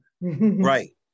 Right